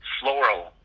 floral